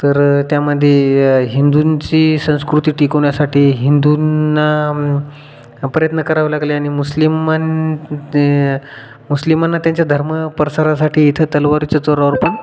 तर त्यामध्ये हिंदूंची संस्कृती टिकवण्यासाठी हिंदूंना प्रयत्न करावे लागले आणि मुस्लिमां मुस्लिमांना त्यांच्या धर्म प्रसारासाठी इथं तलवारीच्या जोरावर पण